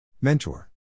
Mentor